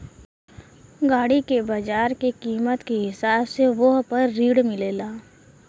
गाड़ी के बाजार के कीमत के हिसाब से वोह पर ऋण मिलेला